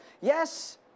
Yes